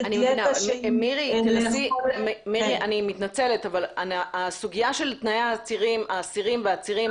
אני מתנצלת אבל הסוגיה של תנאי האסירים והעצירים